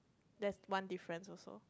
that's one difference also